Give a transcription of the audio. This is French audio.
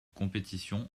compétition